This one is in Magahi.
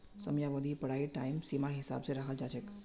समयावधि पढ़ाईर टाइम सीमार हिसाब स रखाल जा छेक